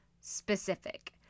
specific